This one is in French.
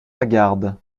lagarde